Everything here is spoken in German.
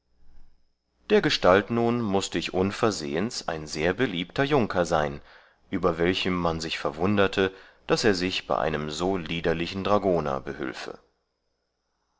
dergestalt nun mußte ich unversehens ein sehr beliebter junker sein über welchem man sich verwunderte daß er sich bei einem so liederlichen dragoner behülfe